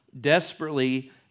desperately